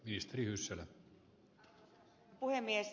arvoisa herra puhemies